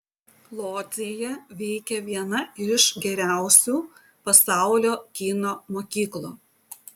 lodzėje veikia viena iš geriausių pasaulio kino mokyklų